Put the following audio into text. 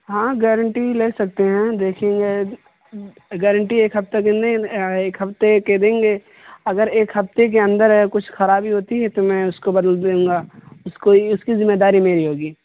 ہاں گارنٹی بھی لے سکتے ہیں دیکھیں گے گارنٹی ایک ہفتہ دن میں ایک ہفتے کے دیں گے اگر ایک ہفتے کے اندر اگر کچھ خرابی ہوتی ہے تو میں اس کو بدل دوں گا اس کو اس کی ذمہ داری میری ہوگی